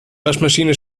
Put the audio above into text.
waschmaschine